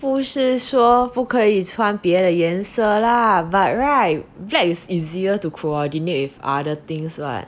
不是说不可以穿别的颜色 lah but right black is easier to coordinate with other things [what]